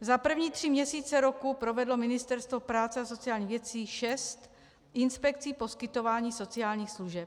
Za první tři měsíce roku provedlo Ministerstvo práce a sociálních věcí šest inspekcí poskytování sociálních služeb.